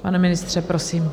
Pane ministře, prosím.